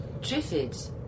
Triffids